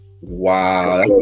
Wow